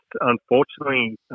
unfortunately